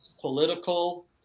political